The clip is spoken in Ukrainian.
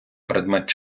предмет